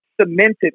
cemented